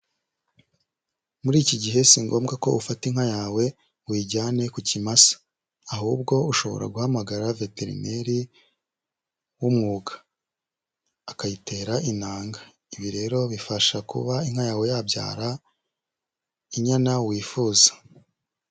Muri iki gihe si ngombwa ko ufata inka yawe ngo uyijyane ku kimasa, ahubwo ushobora guhamagara veterineri w'umwuga akayitera intanga, ibi rero bifasha kuba inka yawe yabyara inyana wifuza.